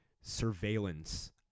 surveillance